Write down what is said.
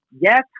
yes